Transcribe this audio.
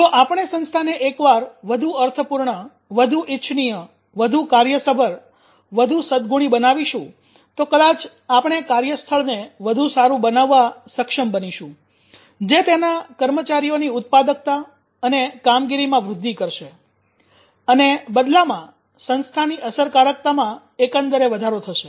જો આપણે સંસ્થાને એકવાર વધુ અર્થપૂર્ણ વધુ ઇચ્છનીય વધુ કાર્યસભર વધુ સદગુણી બનાવીશું તો કદાચ આપણે કાર્યસ્થળને વધુ સારૂ બનાવવા સક્ષમ બનીશું જે તેના કર્મચારીઓની ઉત્પાદકતા અને કામગીરીમાં વૃદ્ધિ કરશે અને બદલામાં સંસ્થાની અસરકારકતામાં એકંદરે વધારો થશે